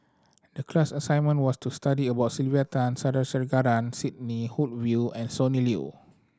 the class assignment was to study about Sylvia Tan Sandrasegaran Sidney Woodhull and Sonny Liew